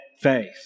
faith